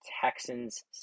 Texans